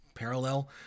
Parallel